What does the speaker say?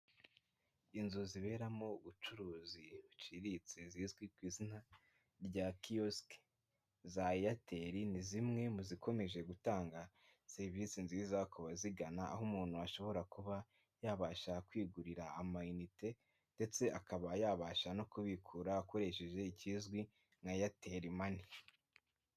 Inzu ziberamo ubucuruzi buciriritse zizwi ku izina rya kiosike za airtel ni zimwe mu zikomeje gutanga serivisi nziza ku bazigana aho umuntu ashobora kuba yabasha kwigurira ama inite ndetse akaba yabasha no kubikura akoresheje ikizwi nka airtel money.